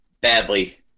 badly